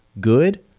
good